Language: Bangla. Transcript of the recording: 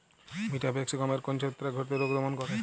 ভিটাভেক্স গমের কোন ছত্রাক ঘটিত রোগ দমন করে?